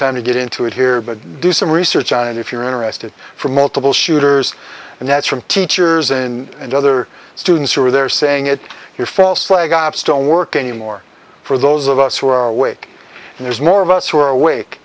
time to get into it here but do some research on it if you're interested from multiple shooters and that's from teachers and other students who are there saying it your false flag ops don't work anymore for those of us who are awake and there's more of us who are awake